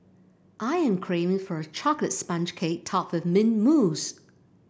I am craving for a chocolate sponge cake topped with mint mousse